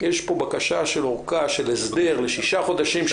יש פה בקשה לארכה של הסדר לשישה חודשים.